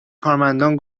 کارمندان